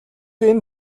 энэ